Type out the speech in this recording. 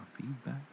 feedback